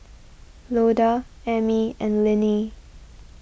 Loda Amie and Linnie